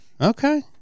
Okay